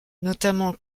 notamment